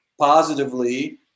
positively